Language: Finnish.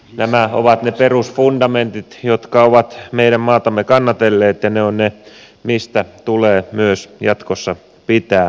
nämä ovat ne perusfundamentit jotka ovat meidän maatamme kannatelleet ja ne ovat ne mistä tulee myös jatkossa pitää kiinni